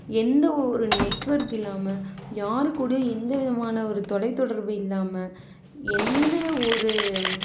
எந்த ஒரு நெட்வொர்க் இல்லாமல் யார் கூடையும் எந்த விதமான ஒரு தொலைத்தொடர்பும் இல்லாமல் எந்த ஒரு